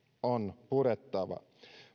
on purettava